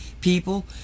people